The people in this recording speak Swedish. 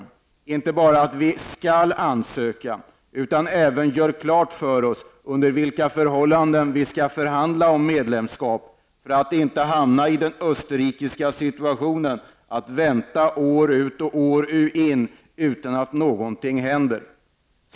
Det gäller inte bara att ansöka, utan vi måste också göra klart för oss under vilka förhållanden vi skall förhandla om medlemskap för att inte hamna i den österrikiska situationen att vänta år ut och år in utan att någonting händer.